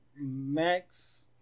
Max